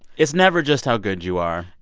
it's never just how good you are.